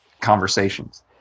conversations